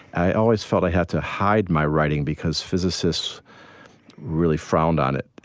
i always felt i had to hide my writing because physicists really frowned on it.